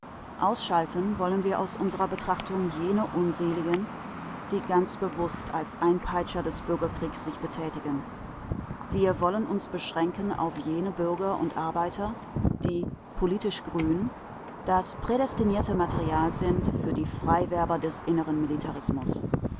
ausschalten wollen wir aus unserer betrachtung jene unseligen die ganz bewußt als einpeitscher des bürgerkriegs sich betätigen wir wollen uns beschränken auf jene bürger und arbeiter die politisch grün das prädestinierte material sind für die freiwerber des inneren militarismus